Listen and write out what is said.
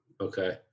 Okay